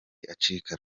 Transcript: acika